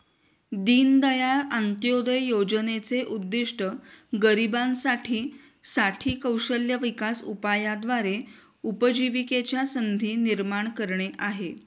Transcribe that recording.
दीनदयाळ अंत्योदय योजनेचे उद्दिष्ट गरिबांसाठी साठी कौशल्य विकास उपायाद्वारे उपजीविकेच्या संधी निर्माण करणे आहे